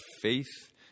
faith